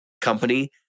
company